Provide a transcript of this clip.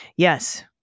Yes